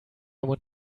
want